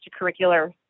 extracurricular